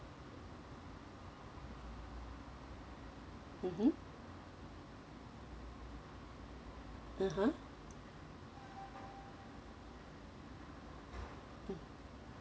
mmhmm (uh huh)